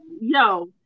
yo